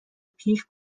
پیش